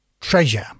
treasure